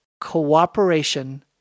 cooperation